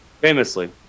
Famously